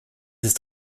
ist